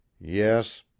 Yes